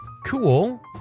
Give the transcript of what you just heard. cool